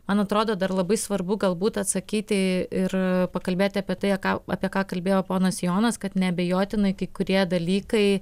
man atrodo dar labai svarbu galbūt atsakyti ir pakalbėti apie tai a ką apie ką kalbėjo ponas jonas kad neabejotinai kai kurie dalykai